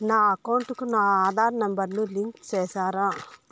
నా అకౌంట్ కు నా ఆధార్ నెంబర్ ను లింకు చేసారా